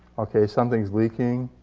okay, something's leaking.